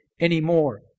anymore